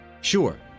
sure